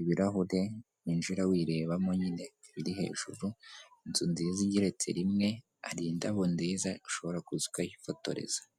ibirahure winjira wirebamo nyine biri hejuru, inzu nziza igeretse rimwe, hari indabo nziza ushobora kuza ukahifotoreza.